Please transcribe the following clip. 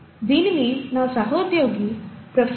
దీనిని నా సహోద్యోగి ప్రొఫెసర్ జి